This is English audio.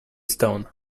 stone